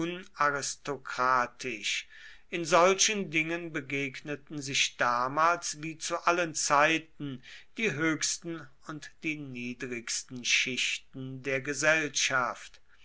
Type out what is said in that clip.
unaristokratisch in solchen dingen begegneten sich damals wie zu allen zeiten die höchsten und die niedrigsten schichten der gesellschaft